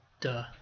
Duh